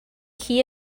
key